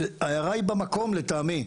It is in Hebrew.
ההערה היא במקום גם לטעמי,